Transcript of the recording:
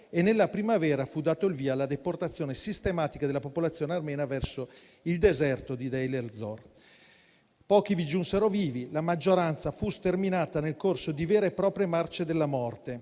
Nella primavera fu dato il via alla deportazione sistematica della popolazione armena verso il deserto di *Deir* *ez-**Zor*. Pochi vi giunsero vivi: la maggioranza fu sterminata nel corso di vere e proprie marce della morte.